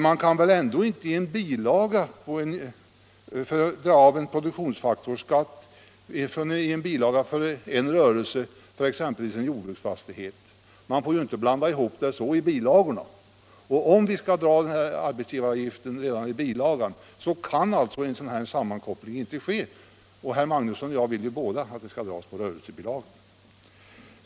Man skall väl ändå inte i en bilaga för en rörelse få dra av produktionsskatter från en jordbruksfastighet? Man får ju inte blanda ihop det så i bilagorna! Och om arbetsgivaravgiften skall dras av redan i bilagorna kan en sådan sammankoppling alltså inte ske, och både herr Magnusson i Borås och jag vill ju att avdraget skall göras i rörelsebilagan.